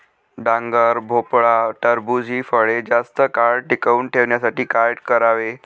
डांगर, भोपळा, टरबूज हि फळे जास्त काळ टिकवून ठेवण्यासाठी काय करावे?